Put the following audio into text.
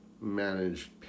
manage